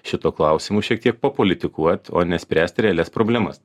šituo klausimu šiek tiek papolitikuot o ne spręsti realias problemas